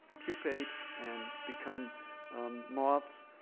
pupate and become moths.